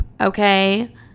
Okay